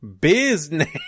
business